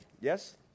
Yes